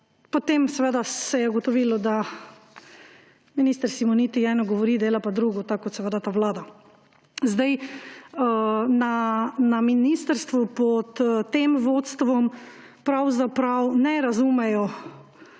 potem seveda se je ugotovilo, da minister Simoniti eno govori, dela pa drugo, tako kot seveda ta vlada. Na ministrstvu pod tem vodstvom pravzaprav ne razumejo,